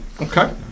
Okay